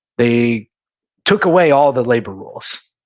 they took away all the labor rules.